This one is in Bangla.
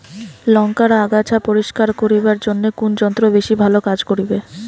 লংকার আগাছা পরিস্কার করিবার জইন্যে কুন যন্ত্র বেশি ভালো কাজ করিবে?